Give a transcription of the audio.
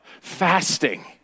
Fasting